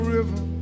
River